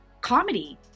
comedy